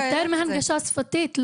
יותר מהנגשה שפתית.